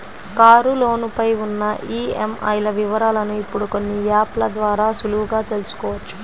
కారులోను పై ఉన్న ఈఎంఐల వివరాలను ఇప్పుడు కొన్ని యాప్ ల ద్వారా సులువుగా తెల్సుకోవచ్చు